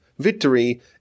victory